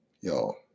y'all